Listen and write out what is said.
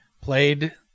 played